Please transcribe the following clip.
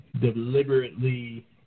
deliberately –